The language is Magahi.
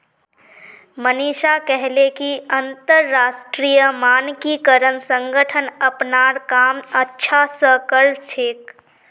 मनीषा कहले कि अंतरराष्ट्रीय मानकीकरण संगठन अपनार काम अच्छा स कर छेक